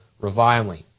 reviling